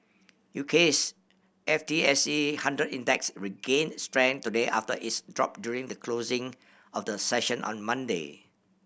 U K's F T S E hundred Index regained strength today after its drop during the closing of the session on Monday